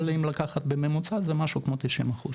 אבל אם לקחת בממוצע זה משהו כמו 90 אחוז.